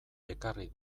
ekarri